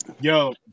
Yo